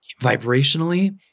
vibrationally